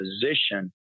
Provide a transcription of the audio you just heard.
position